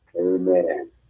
Amen